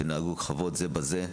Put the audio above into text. שנהגו כבוד זה בזה,